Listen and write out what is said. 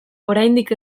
oraindik